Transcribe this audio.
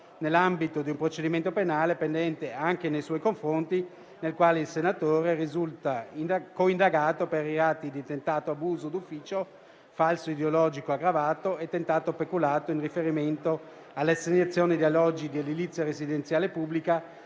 nell'ambito di un procedimento penale pendente anche nei suoi confronti, nel quale il senatore risulta coindagato per i reati di tentato abuso d'ufficio, falso ideologico aggravato e tentato peculato in riferimento all'assegnazione di alloggi di edilizia residenziale pubblica